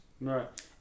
Right